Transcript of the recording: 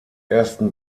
ersten